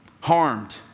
harmed